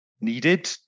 needed